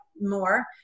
more